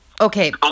okay